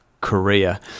Korea